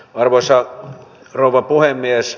arvoisa rouva puhemies